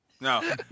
No